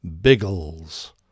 Biggles